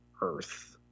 Earth